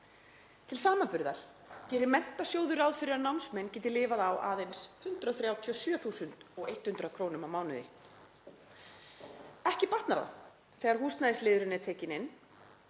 Til samanburðar gerir Menntasjóður ráð fyrir að námsmenn geti lifað á aðeins 137.100 krónum á mánuði. Ekki batnar það þegar húsnæðisliðurinn er tekinn inn.